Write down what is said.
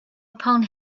upon